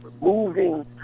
moving